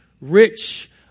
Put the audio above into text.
rich